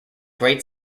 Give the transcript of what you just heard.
great